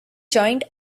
joined